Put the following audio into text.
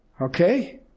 Okay